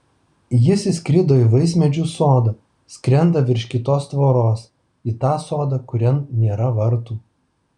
jis įskrido į vaismedžių sodą skrenda virš kitos tvoros į tą sodą kurian nėra vartų